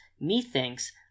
methinks